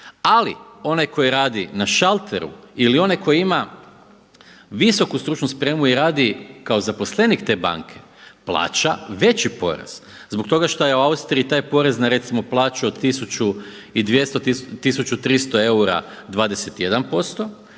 Ali onaj koji radi na šalteru ili onaj koji ima visoku stručnu spremu i radi kao zaposlenik te banke plaća veći porez. Zbog toga što je u Austriji taj porez na recimo plaću od 1200, 1300 eura 21%,